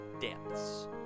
depths